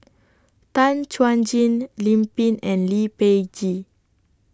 Tan Chuan Jin Lim Pin and Lee Peh Gee